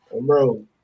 Bro